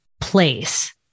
place